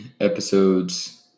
episodes